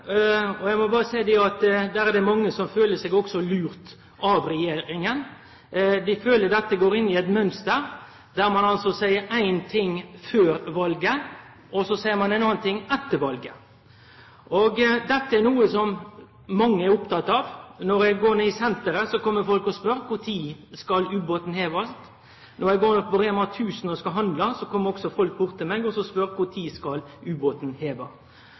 Eg må berre seie at der er det veldig mange som føler seg lurt av regjeringa. Dei føler at dette går inn i eit mønster, der ein seier éin ting før valet, og så seier ein ein annan ting etter valet. Dette er noko som mange er opptekne av. Når eg går ned i senteret, kjem folk og spør: Kva tid skal ubåten hevast? Når eg går på REMA 1000 og skal handla, kjem også folk bort til meg og spør: Kva tid skal ubåten